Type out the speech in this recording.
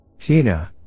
Tina